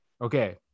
Okay